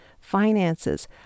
finances